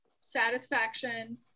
satisfaction